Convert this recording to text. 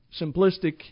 simplistic